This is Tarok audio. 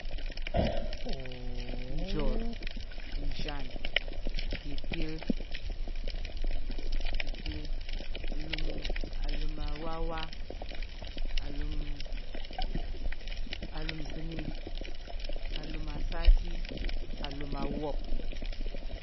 Njur, nzhan, ipil, ipil, alum alum awawa, alum alum nzini, alum asati, alum awop.